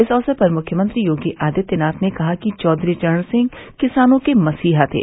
इस अवसर पर मुख्यमंत्री योगी आदित्यनाथ ने कहा कि चौदेरी चरण सिंह किसानों के मसीहा थे